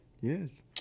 Yes